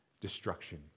destruction